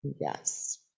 Yes